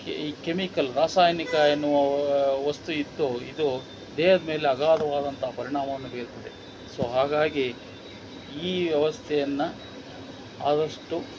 ಈ ಕೆಮಿಕಲ್ ರಾಸಾಯನಿಕ ಎನ್ನುವ ವಸ್ತು ಇದ್ದು ಇದು ದೇಹದ ಮೇಲೆ ಅಗಾಧವಾದಂಥ ಪರಿಣಾಮವನ್ನು ಬೀರ್ತಿದೆ ಸೊ ಹಾಗಾಗಿ ಈ ವ್ಯವಸ್ಥೆಯನ್ನು ಆದಷ್ಟು